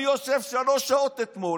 אני יושב שלוש שעות אתמול,